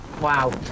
Wow